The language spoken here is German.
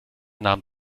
nahm